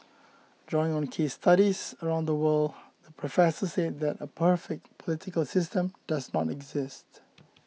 drawing on case studies around the world the professor said that a perfect political system does not exist